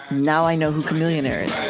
now i know who chamillionaire is